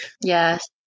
Yes